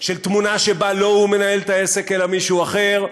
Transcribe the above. של תמונה שבה לא הוא מנהל את העסק אלא מישהו אחר,